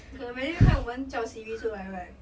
okay imagine 害我们叫 siri 出来 right